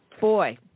Boy